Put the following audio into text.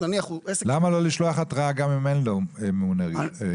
למה לא לשלוח התראה גם אם אין לו מורשה נגישות?